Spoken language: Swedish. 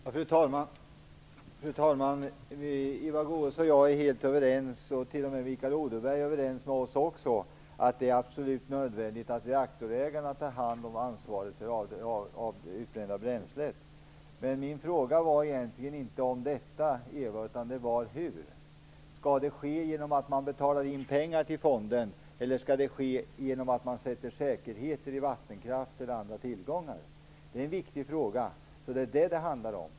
Fru talman! Eva Goës och jag är helt överens, och t.o.m. Mikael Odenberg är överens med oss om att det är absolut nödvändigt att reaktorägarna tar hand om ansvaret för det utbrända bränslet. Min fråga gällde egentligen inte detta, Eva Goës, utan hur det skall ske. Skall det ske genom att man betalar in pengar till fonden, eller skall det ske genom att man sätter säkerheter i vattenkraft eller andra tillgångar? Det är en viktig fråga. Det är detta det handlar om.